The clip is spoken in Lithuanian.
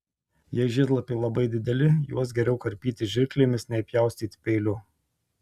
jei žiedlapiai labai dideli juos geriau karpyti žirklėmis nei pjaustyti peiliu